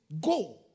Go